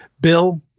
bill